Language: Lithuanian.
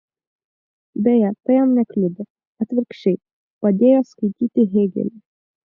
beje tai jam nekliudė atvirkščiai padėjo skaityti hėgelį